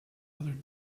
other